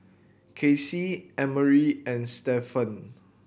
Kasie Emery and Stevan